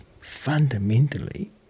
fundamentally